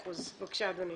בבקשה, אדוני.